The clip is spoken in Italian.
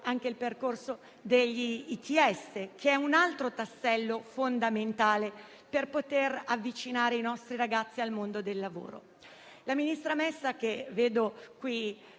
che rappresentano un altro tassello fondamentale per poter avvicinare i nostri ragazzi al mondo del lavoro. La ministra Messa, che vedo in